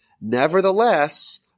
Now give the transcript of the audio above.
Nevertheless